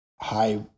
high